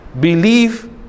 believe